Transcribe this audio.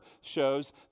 shows